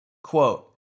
quote